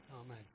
Amen